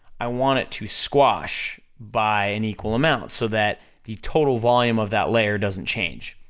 i want it to squash, by an equal amount so that the total volume of that layer doesn't change.